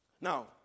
Now